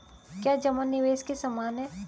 क्या जमा निवेश के समान है?